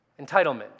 Entitlement